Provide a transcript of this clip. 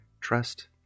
trust